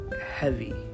heavy